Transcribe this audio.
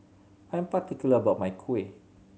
I'm particular about my kuih